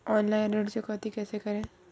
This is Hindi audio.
ऑनलाइन ऋण चुकौती कैसे करें?